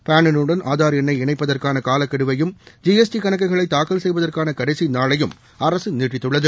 பான் என்னுடன் ஆதா் என்னை இணைப்பதற்கானகாலக்வெடுவையையும் ஜிஎஸ்டி கணக்குகளைதாக்கல் செய்வதற்கானகடைசிநாளையும் அரசுநீட்டித்துள்ளது